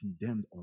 condemned